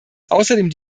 außerdem